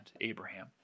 Abraham